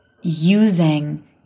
using